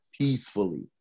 peacefully